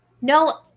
No